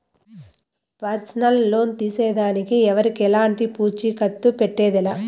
personal loan తీసేదానికి ఎవరికెలంటి పూచీకత్తు పెట్టేదె లా